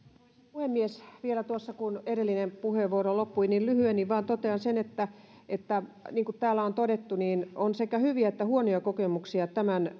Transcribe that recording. puhemies vielä kun tuossa edellinen puheenvuoro loppui niin lyhyeen totean vain sen että että niin kuin täällä on todettu on sekä hyviä että huonoja kokemuksia tämän